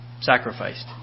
Sacrificed